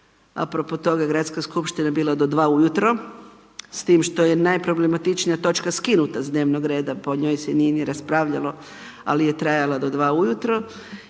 apro po toga Gradska skupština bila do dva ujutro s tim da je najproblematičnija točka skinuta s dnevnog reda, po njoj se nije ni raspravljalo, ali je trajala do dva ujutro